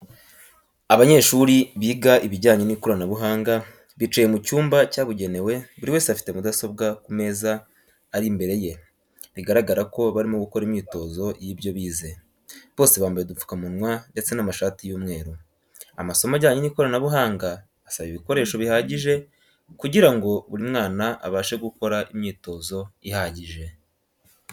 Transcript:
Abanyeshuri biga ibijyanye n'ikoranabuhanga bicaye mu cyumba cyabugenewe buri wese afite mudasobwa ku meza ari imbere ye bigaragara ko barimo gukora imyitozo y'ibyo bize, bose bambaye udupfukamunwa ndetse n'amashati y'umweru. Amasomo ajyanye n'ikoranabuhanga asaba ibikoreso bihagije kugirango buri mwana abashe gukora imyitozo ihagije.